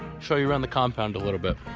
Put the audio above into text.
show you around the compound a little bit.